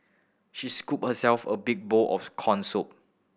she scooped herself a big bowl of corn soup